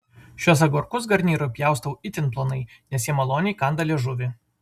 šiuos agurkus garnyrui pjaustau itin plonai nes jie maloniai kanda liežuvį